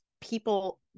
people